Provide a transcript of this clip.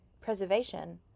Preservation